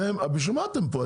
בשביל מה אתם פה?